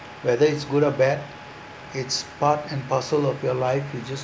whether it's good or bad it's part and parcel of your life you just